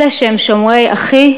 אלה שהם "שומרי אחי",